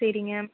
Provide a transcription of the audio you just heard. சரிங்க